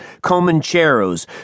Comancheros